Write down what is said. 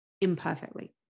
imperfectly